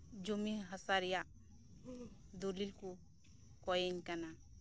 ᱡᱚᱢᱤ ᱦᱟᱥᱟ ᱨᱮᱭᱟᱜ ᱫᱚᱞᱤᱞᱠᱩ ᱠᱚᱭᱮᱧ ᱠᱟᱱᱟ